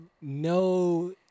no